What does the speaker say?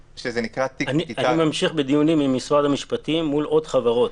אני ממשיך בדיונים עם משרד המשפטים מול עוד חברות.